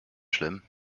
schlimm